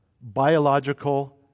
biological